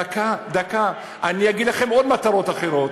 דקה, דקה, אני אגיד לכם עוד מטרות, אחרות.